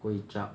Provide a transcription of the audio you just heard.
kway chap